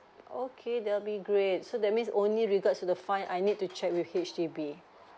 okay that would be great so that means only regards to the fine I need to check with H_D_B